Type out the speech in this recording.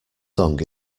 song